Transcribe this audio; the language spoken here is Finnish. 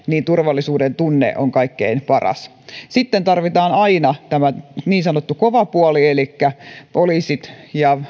turvallisuudentunne on kaikkein paras sitten tarvitaan aina tämä niin sanottu kova puoli elikkä poliisit rajavalvojat ja